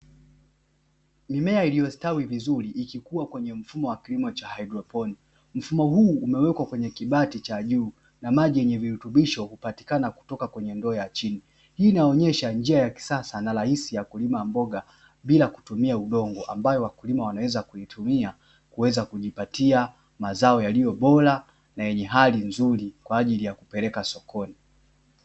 Mimea iliyostawi vizuri ikikua kwenye mfumo wa kilimo cha haidroponi. Mfumo huu umewekwa kwenye kibati cha juu na maji yenye virutubisho hupatikana kutoka kwenye ndoo ya chini. Hii inaonyesha njia ya kisasa na rahisi ya kulima mboga bila kutumia udongo, ambayo wakulima wanaweza kuitumia kuweza kujipatia mazao yaliyo bora na yenye hali nzuri kwa ajili ya kupeleka sokoni.